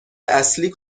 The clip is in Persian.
اصلی